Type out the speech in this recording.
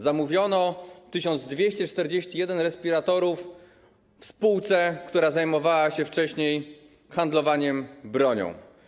Zamówiono 1241 respiratorów w spółce, która zajmowała się wcześniej handlowaniem bronią.